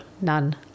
none